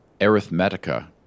Arithmetica